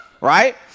Right